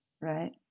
right